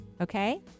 Okay